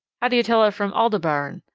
how do you tell it from aldebaran?